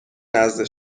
نزد